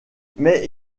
mais